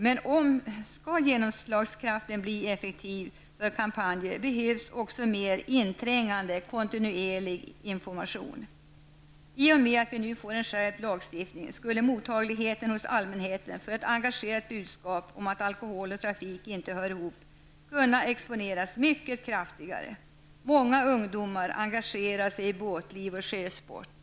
Men skall genomslagskraften bli effektiv för kampanjen krävs också mer inträngande och kontinuerlig information. I och med att vi nu får en skärpt lagstiftning skulle mottagligheten hos allmänheten för ett engagerat budskap om att alkohol och trafik inte hör ihop kunna exponeras mycket kraftigare. Många ungdomar engagerar sig i båtliv och sjösport.